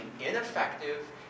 ineffective